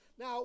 Now